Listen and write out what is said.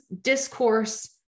discourse